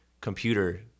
computer